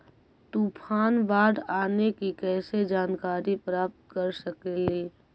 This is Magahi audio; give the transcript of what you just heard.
तूफान, बाढ़ आने की कैसे जानकारी प्राप्त कर सकेली?